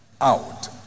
out